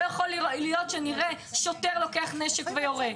לא יכול להיות שנראה שוטר לוקח נשק ויורה,